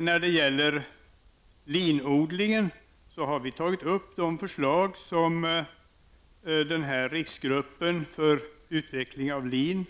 När det gäller linodlingen har vi tagit upp de förslag som riksgruppen för utveckling av lin